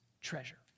Treasure